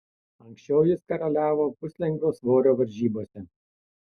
anksčiau jis karaliavo puslengvio svorio varžybose